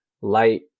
light